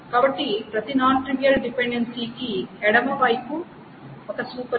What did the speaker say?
కాబట్టి ప్రతి non trivial dependency కి ఎడమ వైపు ఒక సూపర్ కీ